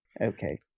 Okay